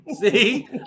See